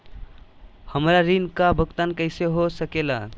हमरा ऋण का भुगतान कैसे हो सके ला?